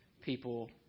people